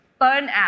burnout